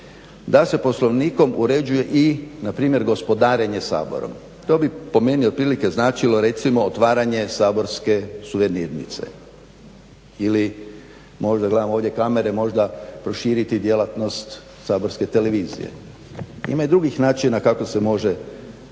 da se poslovnikom uređuje i npr. gospodarenje Saborom. To bi po meni otprilike značilo recimo otvaranje saborske suvenirnice. Ili možda, gledam ovdje kamere, možda proširiti djelatnost saborske televizije. Ima i drugačijih načina kako se može